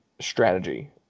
strategy